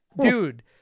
dude